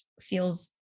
feels